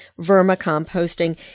vermicomposting